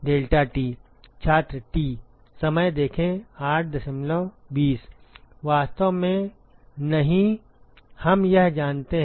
delta T वास्तव में नहीं हम यह जानते हैं